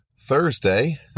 Thursday